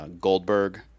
Goldberg